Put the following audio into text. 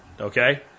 Okay